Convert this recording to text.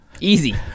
Easy